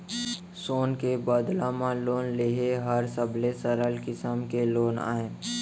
सोन के बदला म लोन लेहे हर सबले सरल किसम के लोन अय